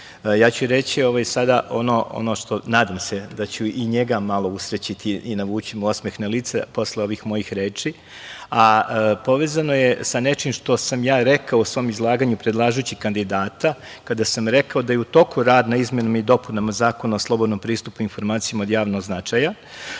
ću sada ono što, nadam se da ću i njega malo usrećiti i navući mu osmeh na lice, posle ovih mojih reći, a povezano je sa nečim što sam ja rekao u svom izlaganju, predlažući kandidata, kada sam rekao da je u toku rad na izmenama i dopunama Zakona o slobodnom pristupu informacijama od javnog značaja.